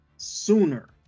Sooner